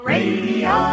Radio